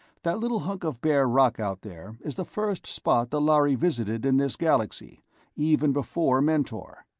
that little hunk of bare rock out there is the first spot the lhari visited in this galaxy even before mentor.